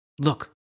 look